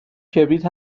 کبریت